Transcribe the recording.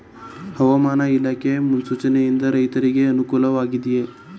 ಹವಾಮಾನ ಇಲಾಖೆ ಮುನ್ಸೂಚನೆ ಯಿಂದ ರೈತರಿಗೆ ಅನುಕೂಲ ವಾಗಿದೆಯೇ?